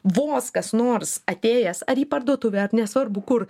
vos kas nors atėjęs ar į parduotuvę ar nesvarbu kur